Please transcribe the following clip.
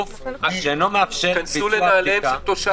כנסו לנעליהם של תושבי העיר.